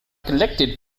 collected